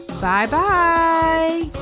Bye-bye